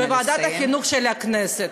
בוועדת החינוך של הכנסת.